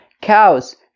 cows